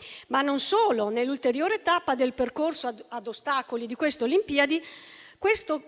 è di più. Nell'ulteriore tappa del percorso ad ostacoli di queste Olimpiadi, il